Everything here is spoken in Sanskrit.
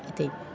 इति